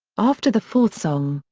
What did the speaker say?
after the fourth song,